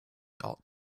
ought